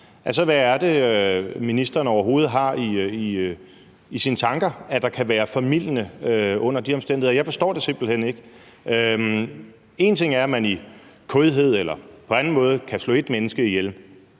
Altså, hvad er det, ministeren overhovedet har i sine tanker, der kan være formildende under de omstændigheder? Jeg forstår det simpelt hen ikke. En ting er, at man i kådhed eller på anden måde kan slå ét menneske ihjel,